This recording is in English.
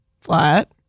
flat